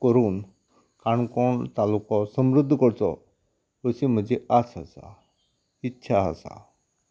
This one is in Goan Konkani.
करून काणकोण तालुको समृद्ध करचो अशी म्हजी आस आसा इच्छा आसा